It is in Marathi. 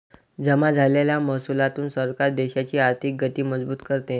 जमा झालेल्या महसुलातून सरकार देशाची आर्थिक गती मजबूत करते